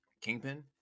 Kingpin